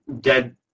dead